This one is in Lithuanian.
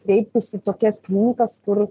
kreiptis į tokias klinikas kur